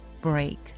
break